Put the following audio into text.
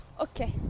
Okay